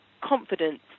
confidence